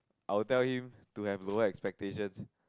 I will tell him to have lower expectations